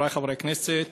חברי חברי הכנסת,